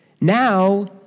now